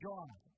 God